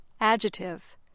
adjective